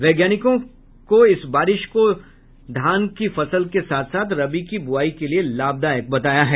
वैज्ञानिकों ने इस बारिश को धान की फसल के साथ साथ रबी की बुआई के लिए लाभदायक बताया है